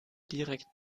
direkt